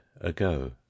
ago